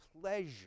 pleasure